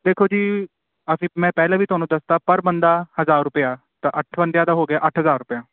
ਦੇਖੋ ਜੀ ਅਸੀਂ ਮੈਂ ਪਹਿਲਾਂ ਵੀ ਤੁਹਾਨੂੰ ਦੱਸਤਾ ਪਰ ਬੰਦਾ ਹਜ਼ਾਰ ਰੁਪਿਆ ਤਾਂ ਅੱਠ ਬੰਦਿਆਂ ਦਾ ਹੋ ਗਿਆ ਅੱਠ ਹਜ਼ਾਰ ਰੁਪਿਆ